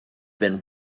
been